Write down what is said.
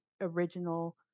original